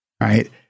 Right